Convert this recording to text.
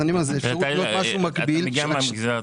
אתה מגיע מהמגזר,